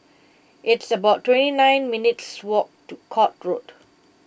it's about twenty nine minutes' walk to Court Road